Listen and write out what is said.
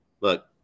look